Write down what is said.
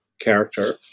character